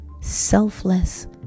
selfless